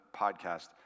podcast